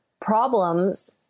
problems